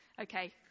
Okay